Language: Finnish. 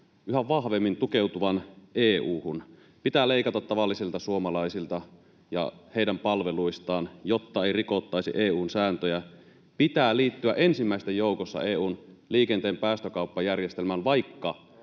yhä vahvemmin tukeutuvan EU:hun. Pitää leikata tavallisilta suomalaisilta ja heidän palveluistaan, jotta ei rikottaisi EU:n sääntöjä. Pitää liittyä ensimmäisten joukossa EU:n liikenteen päästökauppajärjestelmään, vaikka